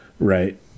Right